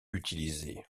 utilisée